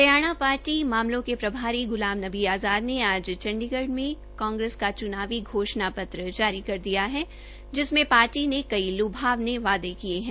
Haryana party मामलों के प्रभारी ग्रलाम नबी आज़ाद ने आज चंडीगढ़ में कांग्रेस का चूनावी घोषणा पत्र जारी कर दिया है जिसमे पार्टी ने कई वादे किये है